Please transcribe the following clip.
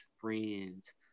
friends